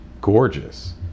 gorgeous